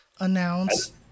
announce